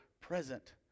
present